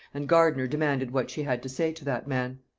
and gardiner demanded what she had to say to that man?